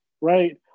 right